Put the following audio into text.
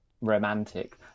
romantic